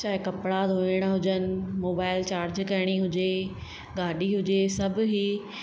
चाहे कपड़ा धुइणा हुजनि मोबाइल चार्ज करणी हुजे गाॾी हुजे सभु ई